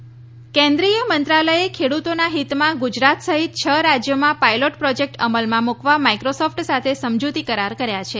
કુષિમંત્રાલય કેન્દ્રીય મંત્રાલયે ખેડૂતોના હિતમાં ગુજરાત સહિત છ રાજ્યોમાં પાયલોટ પ્રોજેક્ટ અમલમાં મૂકવા માઇક્રોસોફ્ટ સાથે સમજુતી કરાર કર્યા છે